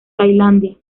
tailandia